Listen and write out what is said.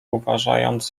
uważając